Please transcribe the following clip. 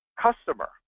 customer